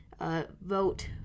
vote